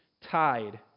tied